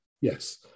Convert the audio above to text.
Yes